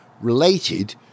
related